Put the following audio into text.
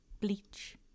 bleach